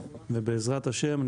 ובעזרת השם,